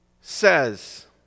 says